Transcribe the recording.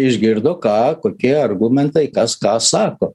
išgirdo ką kokie argumentai kas ką sako